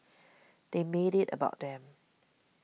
they made it about them